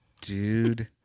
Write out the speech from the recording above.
dude